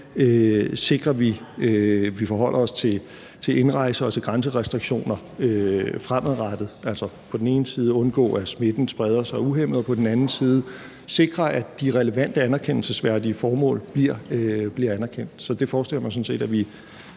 sikrer, vi forholder os til indrejse og til grænserestriktioner fremadrettet, altså på den ene side undgå, at smitten spreder sig uhæmmet, og på den anden sikre, at de relevante anerkendelsesværdige formål bliver anerkendt. Så det forestiller jeg mig sådan set at i